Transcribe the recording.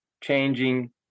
changing